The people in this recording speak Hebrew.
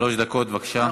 שלוש דקות, בבקשה.